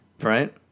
right